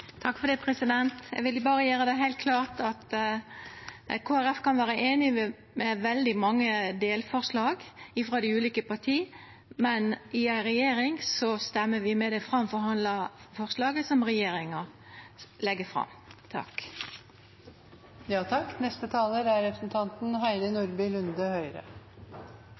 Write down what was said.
Eg vil berre gjera det heilt klart at Kristeleg Folkeparti kan vera einig i veldig mange delforslag frå dei ulike parti, men i ei regjering stemmer vi for det framforhandla forslaget som regjeringa legg fram.